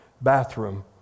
bathroom